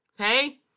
okay